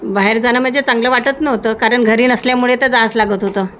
बाहेर जाणं म्हणजे चांगलं वाटत नव्हतं कारण घरी नसल्यामुळे तर जावंच लागत होतं